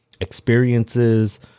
experiences